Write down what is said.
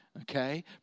Okay